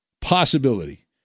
possibility